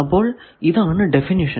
അപ്പോൾ ഇതാണ് ഡെഫിനിഷൻ